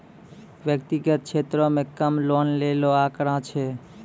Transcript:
व्यक्तिगत क्षेत्रो म कम लोन लै रो आंकड़ा छै